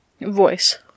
Voice